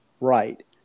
right